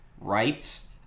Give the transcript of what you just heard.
rights